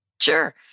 Sure